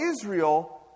Israel